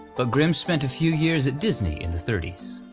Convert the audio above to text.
but grim spent a few years at disney in the thirty s.